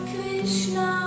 Krishna